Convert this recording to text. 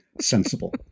sensible